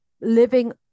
living